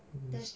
mm